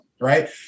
Right